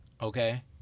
okay